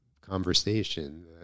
conversation